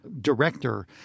director